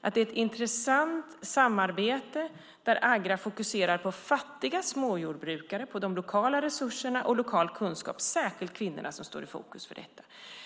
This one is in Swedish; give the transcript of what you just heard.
Det är ett intressant samarbete där Agra fokuserar på fattiga småjordbrukare, lokala resurserna och lokal kunskap, och det är särskilt kvinnorna som står i fokus för detta.